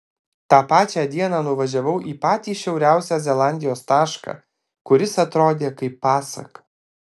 tą pačią dieną nuvažiavau į patį šiauriausią zelandijos tašką kuris atrodė kaip pasaka